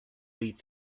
league